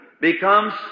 becomes